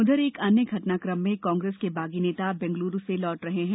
उधर एक अन्य घटनाकम में कांग्रेस के बागी नेता बेंगलुरू से लौट रहे हैं